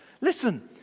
Listen